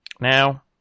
Now